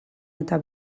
eta